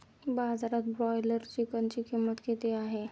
बाजारात ब्रॉयलर चिकनची किंमत किती आहे?